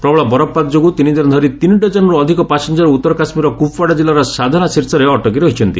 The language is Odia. ପ୍ରବଳ ବରଫପାତ ଯୋଗୁଁ ତିନିଦିନ ଧରି ତିନିଡକ୍କନରୁ ଅଧିକ ପାସେଞ୍ଜର ଉତ୍ତର କାଶ୍ମୀରର କୁପଓ୍ୱାଡା ଜିଲ୍ଲାର ସାଧନା ଶୀର୍ଷରେ ଅଟକି ରହିଛନ୍ତି